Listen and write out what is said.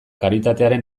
karitatearen